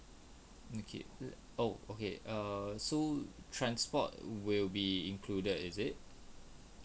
okay oh okay err so transport will be included is it